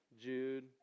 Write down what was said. Jude